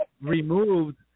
removed